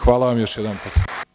Hvala vam još jedanput.